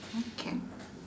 okay